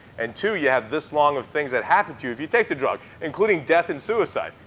and two, you have this long of things that happen to you if you take the drug, including death and suicide.